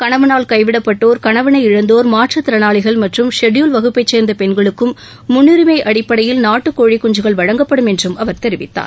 கணவனால் கைவிடப்பட்டோர் கணவனை இழந்தோர் மாற்றத் திறனாளிகள் மற்றும் ஷெட்யூல்டு வகுப்பைச்சேர்ந்த பெண்களுக்கும் முன்னுரிமை அடிப்படையில் நாட்டுக் கோழி குஞ்சுகள் வழங்கப்படும் என்றும் அவர் தெரிவித்தார்